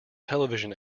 television